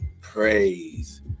praise